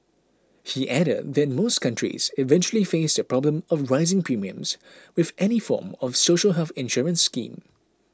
he added that most countries eventually face the problem of rising premiums with any form of social health insurance scheme